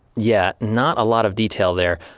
yeah, not a lot of detail there.